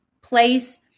place